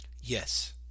yes